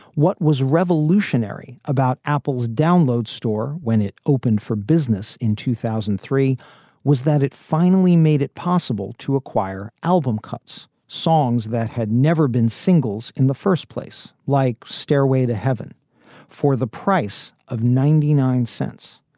what was revolutionary about apple's downloads store when it opened for business in two thousand and three was that it finally made it possible to acquire album cuts songs that had never been singles in the first place. like stairway to heaven for the price of ninety nine cents.